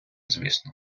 звісно